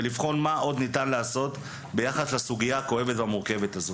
ולבחון מה עוד ניתן לעשות ביחס לסוגיה הכואבת והמורכבת הזו.